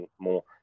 more